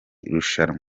rushanwa